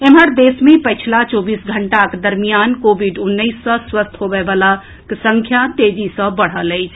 एम्हर देश मे पिछला चौबीस घंटाक दरमियान कोविड उन्नैस सँ स्वस्थ होबय वलाक संख्या तेजी सँ बढ़ल अछि